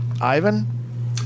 ivan